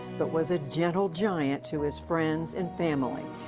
but was a gentle giant to his friends and family,